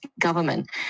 government